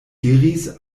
diris